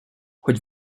choć